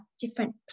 different